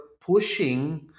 pushing